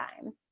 time